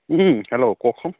hello কওকচোন